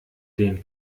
den